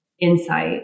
insight